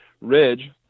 ridge